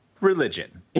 Religion